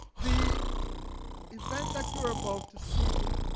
the event that you're about to see